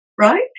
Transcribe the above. right